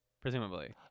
presumably